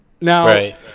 Now